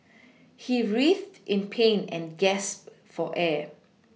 he writhed in pain and gasped for air